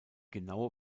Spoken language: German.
genaue